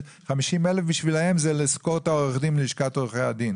50,000 בשבילם זה לשכור את עורך הדין מלשכת עורכי הדין.